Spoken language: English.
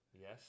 Yes